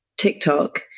TikTok